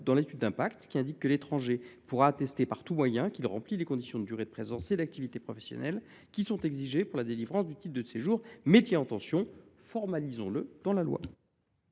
dans l’étude d’impact qui indique que l’étranger pourra attester, par tous moyens, qu’il remplit les conditions de durée, de présence et d’activité professionnelle qui sont exigées pour la délivrance du titre de séjour « métier en tension ». Formalisons le dans la loi